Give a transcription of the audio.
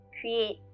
create